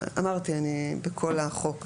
אמרתי, אני בכל החוק אוסיף את זה.